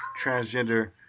transgender